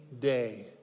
day